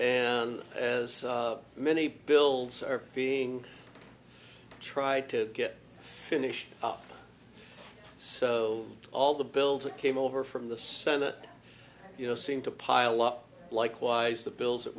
and as many bills are being tried to get finished up so all the bill to came over from the senate you know seem to pile up likewise the bills that